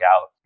out